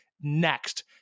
next